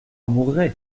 mourrai